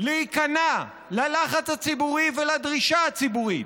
להיכנע ללחץ הציבורי ולדרישה הציבורית,